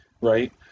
Right